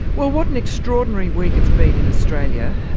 well, what an extraordinary week it's been in australia.